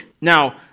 Now